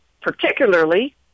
particularly